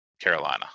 Carolina